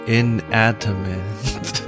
inanimate